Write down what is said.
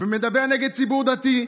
ומדבר נגד ציבור דתי,